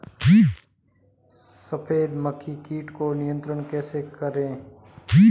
सफेद मक्खी कीट को नियंत्रण कैसे करें?